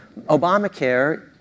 Obamacare